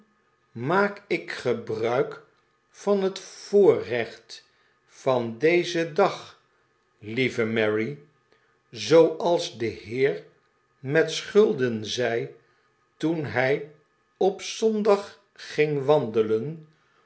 maak ik gebruik van het voorrecht van dezen dag lieve mary zooals de heer met schulden zei toen hij op zondag ging wandelen